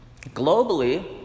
Globally